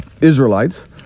Israelites